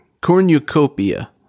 cornucopia